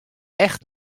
echt